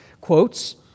quotes